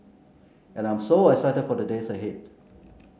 and I'm so excited for the days ahead